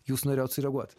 jūs norėjot sureaguot